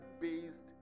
based